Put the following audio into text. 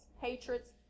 hatreds